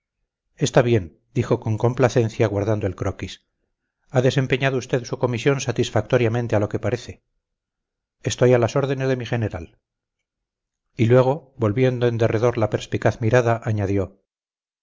está bien dijo con complacencia guardando el croquis ha desempeñado usted su comisión satisfactoriamente a lo que parece estoy a las órdenes de mi general y luego volviendo en derredor la perspicaz mirada añadió